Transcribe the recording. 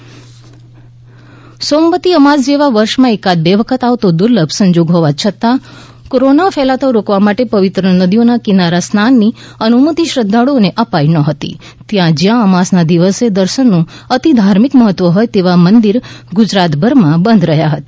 સોમવતી અમાસ મંદિરો બંધ સોમવતી અમાસ જેવો વર્ષ માં એકાદ બે વખત આવતો દુર્લભ સંયોગ હોવા છતા કોરોના ફેલાતો રોકવા માટે પવિત્ર નદીઓના કિનારે સ્નાનની અનુમતિ શ્રધ્ધાળુઓને અપાઈ નહોતી તો જ્યાં અમાસના દિવસે દર્શનનું અતિ ધાર્મિક મહત્વ હોય તેવા મંદિર ગુજરાતભરમાં બંધ રહ્યા હતા